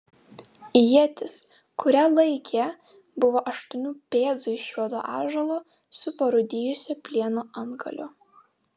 ietis kurią laikė buvo aštuonių pėdų iš juodo ąžuolo su parūdijusio plieno antgaliu